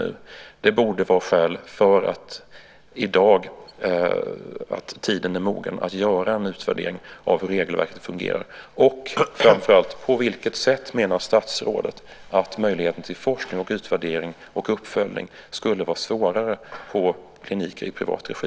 Detta borde vara skäl för att tiden i dag är mogen för att göra en utvärdering av hur regelverket fungerar. Men framför allt: På vilket sätt menar statsrådet att möjligheten till forskning, utvärdering och uppföljning skulle vara mindre vid kliniker i privat regi?